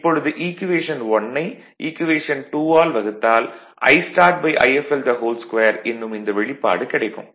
இப்பொழுது ஈக்குவேஷன் 1 ஐ ஈக்குவேஷன் 2 ஆல் வகுத்தால் IstartIfl2 என்னும் இந்த வெளிப்பாடு கிடைக்கும்